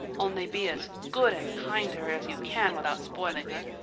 only be as good and kind to her as you can without spoiling her.